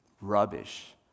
Rubbish